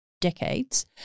decades